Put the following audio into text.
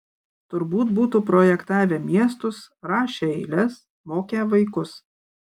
turbūt būtų projektavę miestus rašę eiles mokę vaikus